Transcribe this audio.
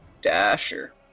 Dasher